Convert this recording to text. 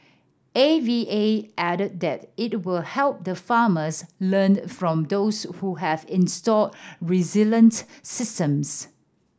A V A added that it will help the farmers learned from those who have installed resilient systems